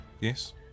Yes